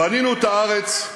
בנינו את הארץ,